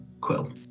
quill